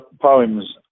poems